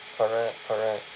correct correct